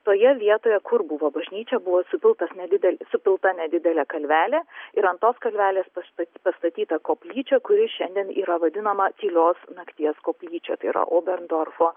toje vietoje kur buvo bažnyčia buvo supiltas nedidel supilta nedidelė kalvelė ir ant tos kalvelės pasta pastatyta koplyčia kuri šiandien yra vadinama tylios nakties koplyčia tai yra oberndorfo